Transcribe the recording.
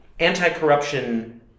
anti-corruption